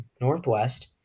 Northwest